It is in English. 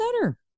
better